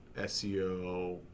SEO